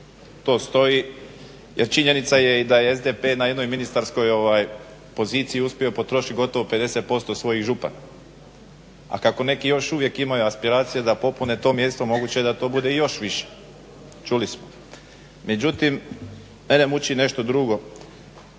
to stoji. Jer činjenica je i da je SDP na jednoj ministarskoj poziciji uspio potrošiti gotovo 50% svojih župana. A kako neki još uvijek imaju aspiracije da popune to mjesto moguće je da to bude i još više, čuli smo. Međutim, mene muči nešto drugo,